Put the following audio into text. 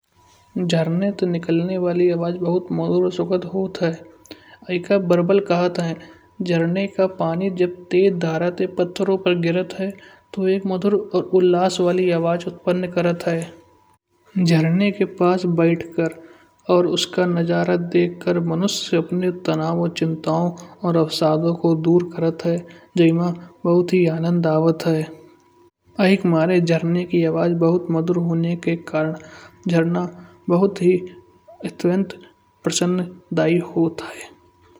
झरने ते निकलनी वाले आवाज बहुत मधुर और सुखद होत है। ए का बाराबल कहत है। झरने का पानी जब तेज धारा के पत्थरों पर गिरत है। तो एक मधुर और उल्लास वाली आवाज उत्पन्न करत है। झरनों के पास बैठ कर और उसका नज़ारा देख कर मनुष्य अपनी तनाव चिंता और अवसादों को दर करत है। जय मा बहुत है आनंद आवत है। यह के मारे झरने की आवाज बहुत मधुर होने के कारण झरना बहुत ही अत्यंत प्रसन दायी होत है।